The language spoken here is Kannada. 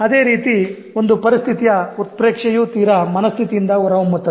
ಅದೇ ರೀತಿ ಒಂದು ಪರಿಸ್ಥಿತಿಯ ಉತ್ಪ್ರೇಕ್ಷೆಯೂ ತೀರ ಮನಸ್ಥಿತಿಯಿಂದ ಹೊರಹೊಮ್ಮುತ್ತದೆ